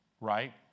Right